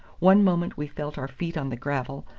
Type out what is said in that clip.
one moment we felt our feet on the gravel,